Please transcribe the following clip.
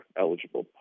eligible